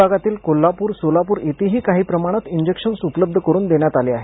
विभागातील कोल्हापूर सोलापूर येथेही काही प्रमाणात इंजेक्शन उपलब्ध करून देण्यात आले आहेत